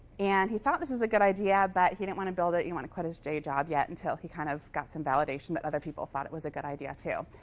and he thought this was a good idea, but he didn't want to build it. he didn't want to quit his day job yet until he kind of got some validation that other people thought it was a good idea, too.